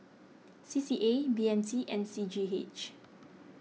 C C A B M T and C G H